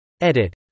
Edit